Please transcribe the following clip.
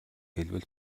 хэлбэл